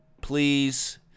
please